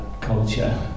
culture